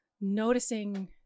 noticing